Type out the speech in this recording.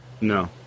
No